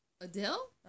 Adele